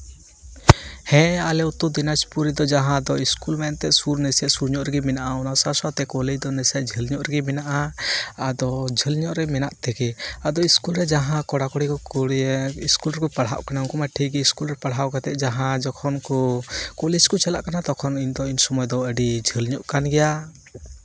ᱦᱮᱸ ᱟᱞᱮ ᱩᱛᱛᱚᱨ ᱫᱤᱱᱟᱡᱽᱯᱩᱨ ᱨᱮᱫᱚ ᱡᱟᱦᱟᱸ ᱫᱚ ᱤᱥᱠᱩᱞ ᱢᱮᱱᱛᱮ ᱥᱩᱨ ᱨᱮ ᱥᱮ ᱥᱩᱨ ᱧᱚᱜ ᱨᱮᱜᱮ ᱢᱮᱱᱟᱜᱼᱟ ᱚᱱᱟ ᱥᱟᱶᱛᱮ ᱠᱚᱞᱮᱡᱽ ᱫᱚ ᱱᱟᱥᱮᱭᱟᱜ ᱡᱷᱟᱹᱞ ᱧᱚᱜ ᱨᱮᱜᱮ ᱢᱮᱱᱟᱜᱼᱟ ᱟᱫᱚ ᱡᱷᱟᱹᱞ ᱧᱚᱜ ᱨᱮᱜᱮ ᱢᱮᱱᱟᱜ ᱛᱮᱜᱮ ᱟᱫᱚ ᱤᱥᱠᱩᱞ ᱨᱮ ᱫᱟᱦᱟᱸ ᱠᱚᱲᱟ ᱠᱩᱲᱤ ᱤᱥᱠᱩᱞ ᱨᱮᱠᱚ ᱯᱟᱲᱦᱟᱣᱚᱜ ᱠᱚᱱᱟ ᱩᱱᱠᱩ ᱢᱟ ᱴᱷᱤᱠ ᱤᱥᱠᱩᱞ ᱨᱮ ᱯᱟᱲᱦᱟᱣ ᱠᱟᱛᱮᱫ ᱡᱟᱦᱟᱸ ᱡᱚᱠᱷᱚᱱ ᱠᱚ ᱠᱚᱞᱮᱡᱽ ᱠᱚ ᱪᱟᱞᱟᱜ ᱠᱟᱱᱟ ᱛᱚᱠᱷᱚᱱ ᱤᱱᱠᱟᱹᱱ ᱥᱚᱢᱚᱭ ᱫᱚ ᱟᱹᱰᱤ ᱡᱷᱟᱹᱞ ᱧᱚᱜ ᱠᱟᱱ ᱜᱮᱭᱟ